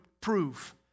proof